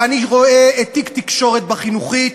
ואני רואה את "תיק תקשורת" בחינוכית,